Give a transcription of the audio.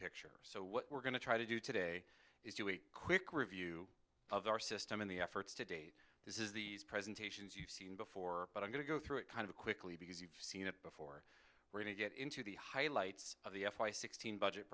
picture so what we're going to try to do today is do a quick review of our system and the efforts to date this is these presentations you've seen before but i'm going to go through it kind of quickly because you've seen it before we're going to get into the highlights of the f y sixteen budget